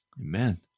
Amen